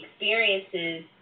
experiences